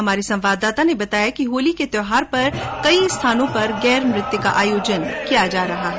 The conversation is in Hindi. हमारे संवाददाता ने बताया कि होली के त्यौहार पर कई स्थानों पर गैर नृत्य का भी आयोजन हो रहा है